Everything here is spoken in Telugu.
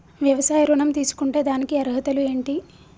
వ్యవసాయ ఋణం తీసుకుంటే దానికి అర్హతలు ఏంటి?